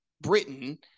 Britain